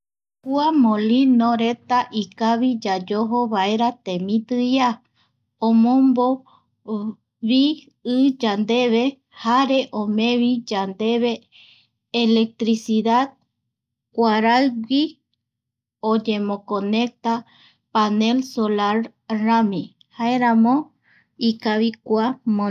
Kua molino reta ikavi yayojo vaera temiti ia, omobo vi i yandeve, jare omee vi yandeve electricidad kuaraigui oyemoconecya pañel solar rami jaeramo ikavi kua mol